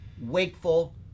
wakeful